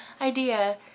idea